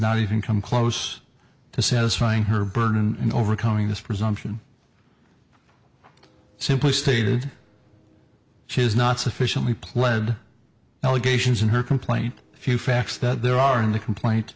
not even come close to says frying her burden in overcoming this presumption simply stated she is not sufficiently pled allegations in her complaint few facts that there are in the complaint